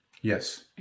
yes